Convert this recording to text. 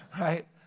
Right